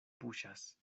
puŝas